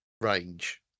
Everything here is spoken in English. range